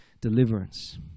deliverance